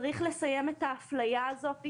צריך לסיים את האפליה הזאת.